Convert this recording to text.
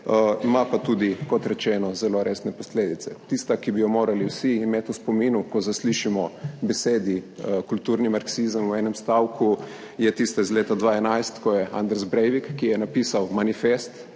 ima pa tudi, kot rečeno, zelo resne posledice. Tista, ki bi jo morali vsi imeti v spominu, ko zaslišimo besedi kulturni marksizem v enem stavku, je tista iz leta 2011, ko je Anders Breivik, ki je napisal manifest